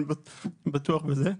אני בטוח בזה.